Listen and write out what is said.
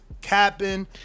capping